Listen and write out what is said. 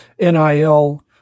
NIL